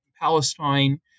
Palestine